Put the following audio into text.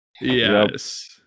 Yes